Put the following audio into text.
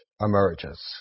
emerges